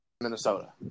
Minnesota